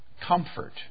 comfort